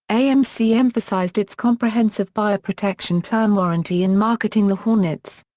amc emphasized its comprehensive buyer protection plan warranty in marketing the hornets.